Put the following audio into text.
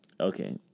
Okay